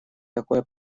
такое